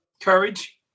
courage